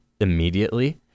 immediately